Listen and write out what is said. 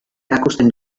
erakusten